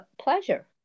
pleasure